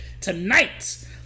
tonight